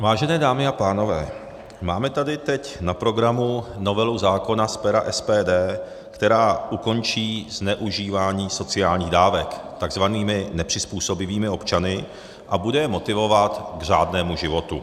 Vážené dámy a pánové, máme tady teď na programu novelu zákona z pera SPD, která ukončí zneužívání sociálních dávek takzvanými nepřizpůsobivými občany a bude je motivovat k řádnému životu.